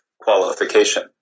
qualification